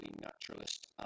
naturalist